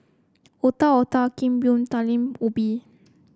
Otak Otak Kueh Bom Talam Ubi